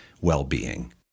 well-being